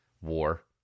War